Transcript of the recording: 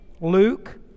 Luke